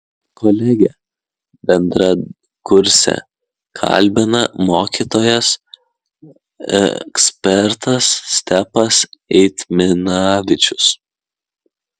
kolegę bendrakursę kalbina mokytojas ekspertas stepas eitminavičius